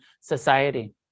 society